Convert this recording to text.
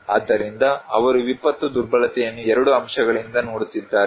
ಆದ್ದರಿಂದ ಅವರು ವಿಪತ್ತು ದುರ್ಬಲತೆಯನ್ನು 2 ಅಂಶಗಳಿಂದ ನೋಡುತ್ತಿದ್ದಾರೆ